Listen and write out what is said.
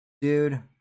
dude